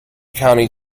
county